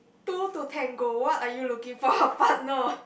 two to tango what are you looking for a partner